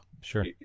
sure